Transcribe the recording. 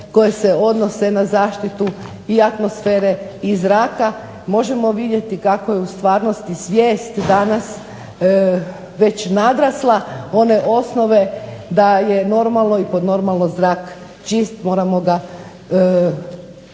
koje se odnose na zaštitu i atmosfere i zraka. Možemo vidjeti kako je u stvarnosti svijest danas već nadrasla one osnove da je normalno i pod normalno zrak čist, moramo ga čuvati.